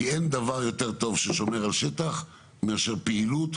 כי אין דבר ששומר על השטח טוב יותר מאשר פעילות,